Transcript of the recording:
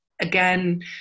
again